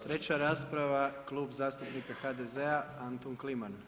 Treća rasprava Klub zastupnika HDZ-a Anton Kliman.